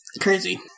Crazy